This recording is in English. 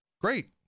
great